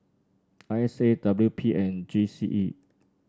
I S A W P and G C E